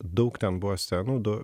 daug ten buvo scenų du